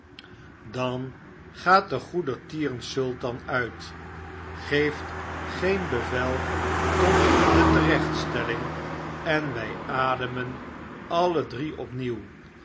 dan gaat de goedertieren sultan uit geeft geen bevel tot de terechtstelling en wy ademen alle